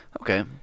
Okay